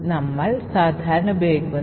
ഇപ്പോൾ ഇത് കാനറികളില്ലാത്ത ഒരു പ്രവർത്തനമാണ്